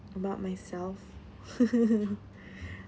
about myself